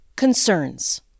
Concerns